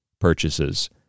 purchases